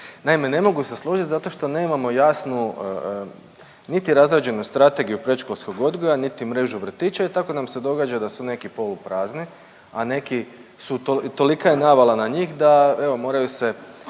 Naime, ne mogu se složiti zato što nemamo jasnu niti razrađenu strategiju predškolskog odgoja, niti mrežu vrtića i tako nam se događa da su neki poluprazni, a neki su, tolika je navala na njih, da evo moraju se